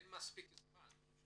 אין מספיק זמן.